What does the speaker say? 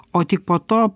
o tik po to